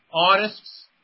Artists